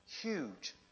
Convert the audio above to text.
huge